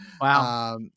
Wow